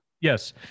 Yes